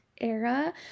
era